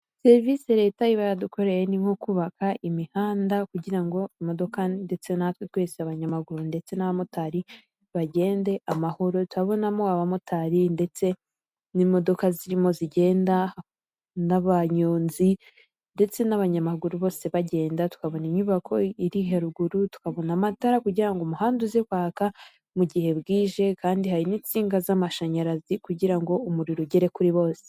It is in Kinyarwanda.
Serivisi leta iba yaradukoreye ni nko kubaka imihanda kugira ngo imodoka ndetse natwe twese abanyamaguru ndetse n'abamotari bagende amahoro, turabonamo abamotari ndetse n'imodoka zirimo zigenda n'abanyonzi ndetse n'abanyamaguru bose bagenda tukabona inyubako iri haruguru tukabona amatara kugira ngo umuhanda uze kwaka mu gihe bwije kandi hari n'insinga z'amashanyarazi kugira ngo umuriro ugere kuri bose.